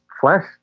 flesh